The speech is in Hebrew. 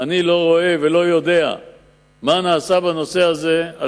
ואני לא רואה ולא יודע מה נעשה בנושא הזה.